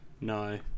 No